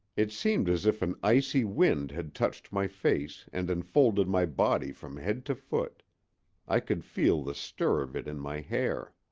it seemed as if an icy wind had touched my face and enfolded my body from head to foot i could feel the stir of it in my hair.